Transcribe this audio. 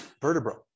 vertebra